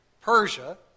Persia